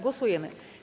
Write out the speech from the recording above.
Głosujemy.